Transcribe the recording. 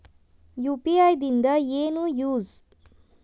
UPI ದಿಂದ ಏನು use?